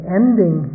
ending